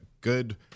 good